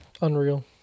Unreal